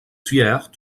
tuèrent